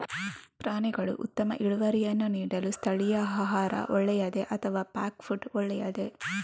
ಪ್ರಾಣಿಗಳು ಉತ್ತಮ ಇಳುವರಿಯನ್ನು ನೀಡಲು ಸ್ಥಳೀಯ ಆಹಾರ ಒಳ್ಳೆಯದೇ ಅಥವಾ ಪ್ಯಾಕ್ ಫುಡ್ ಒಳ್ಳೆಯದೇ?